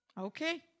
Okay